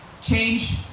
change